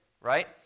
right